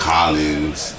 Collins